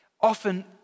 often